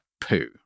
poo